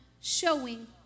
showing